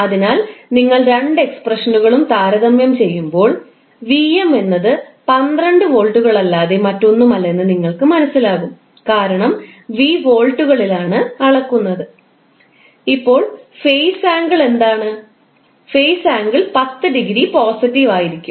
അതിനാൽ നിങ്ങൾ രണ്ടു എക്സ്പ്രഷനുകളും താരതമ്യം ചെയ്യുമ്പോൾ Vm എന്നത് 12 വോൾട്ടുകളല്ലാതെ മറ്റൊന്നുമല്ലെന്ന് നിങ്ങൾ മനസ്സിലാക്കും കാരണം V വോൾട്ടുകളിലാണ് അളക്കുന്നത് ഇപ്പോൾ ഫേസ് ആംഗിൾ എന്താണ് ഫേസ് ആംഗിൾ 10 ഡിഗ്രി പോസിറ്റീവ് ആയിരിക്കും